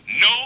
no